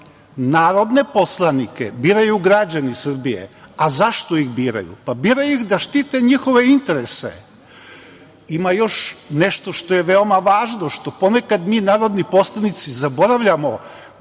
poslanike biraju građani Srbije. A zašto ih biraju? Biraju ih da štite njihove interese. Ima još nešto što je veoma važno, što ponekad mi, narodni poslanici, zaboravljamo,